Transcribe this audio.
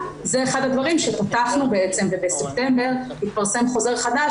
זה אחד הדברים שפתחנו ובספטמבר התפרסם חוזר חדש